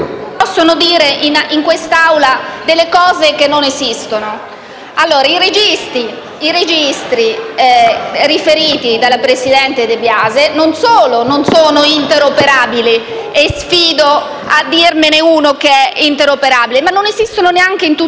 riferiti dalla presidente De Biasi non solo non sono interoperabili - e sfido a dirmene uno che è interoperabile - ma non esistono neanche in tutte le Regioni, come non esistono altri registri, come i registri tumori. Addirittura all'interno